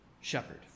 shepherd